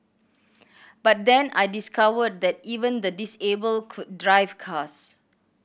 but then I discovered that even the disabled could drive cars